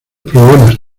problemas